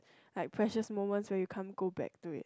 like precious moments where you can't go back to it